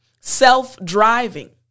self-driving